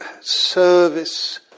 service